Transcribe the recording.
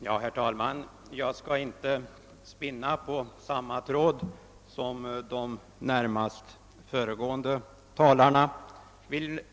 Herr talman! Jag skall inte spinna på samma tråd som de närmast föregående talarna.